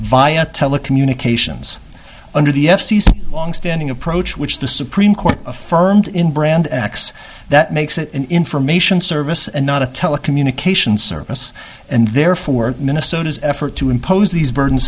via telecommunications under the f c c a longstanding approach which the supreme court affirmed in brand x that makes it an information service and not a telecommunications service and therefore minnesota's effort to impose these bur